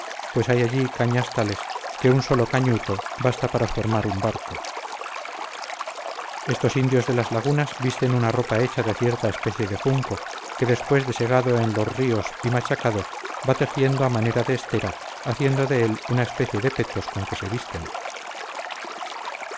pues hay allí cañas tales que un solo cañuto basta para formar un barco estos indios de las lagunas visten una ropa hecha de cierta especie de junco que después de segado en los tíos y machacado van tejiendo a manera de estera haciendo de él una especie de petos con que se visten